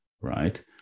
right